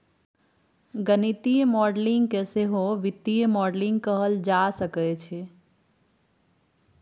गणितीय मॉडलिंग केँ सहो वित्तीय मॉडलिंग कहल जा सकैत छै